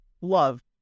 love